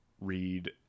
read